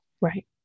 Right